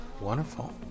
wonderful